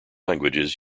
languages